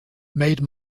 made